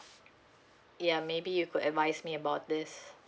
ya maybe you could advise me about this